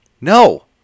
No